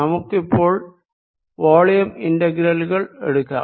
നമുക്കിപ്പോൾ വോളിയം ഇന്റെഗ്രേലുകൾ എടുക്കാം